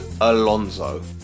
Alonso